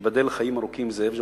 שייבדל לחיים ארוכים, זאב ז'בוטינסקי,